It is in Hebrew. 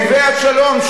אויבי השלום,